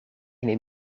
neem